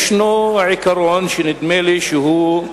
הרי יש עיקרון, שנדמה לי שהוא,